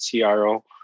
CRO